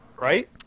Right